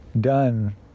done